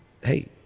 hey